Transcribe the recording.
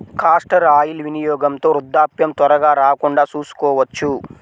castor oil వినియోగంతో వృద్ధాప్యం త్వరగా రాకుండా చూసుకోవచ్చు